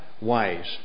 ways